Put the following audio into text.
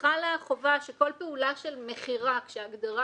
חלה החובה שכל פעולה של מכירה כשהגדרה